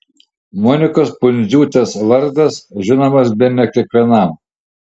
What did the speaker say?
monikos pundziūtės vardas žinomas bene kiekvienam